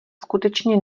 skutečně